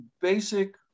basic